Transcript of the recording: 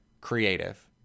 creative